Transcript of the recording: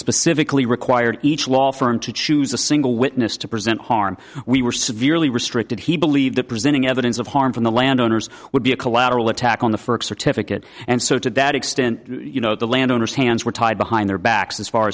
specifically required each law firm to choose a single witness to present harm we were severely restricted he believed that presenting evidence of harm from the landowners would be a collateral attack on the first certificate and so to that extent you know the landowners hands were tied behind their backs as far